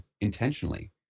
intentionally